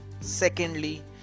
Secondly